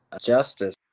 justice